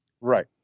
Right